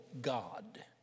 God